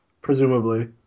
presumably